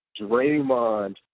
Draymond